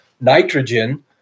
nitrogen